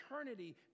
eternity